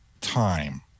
time